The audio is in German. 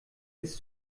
ist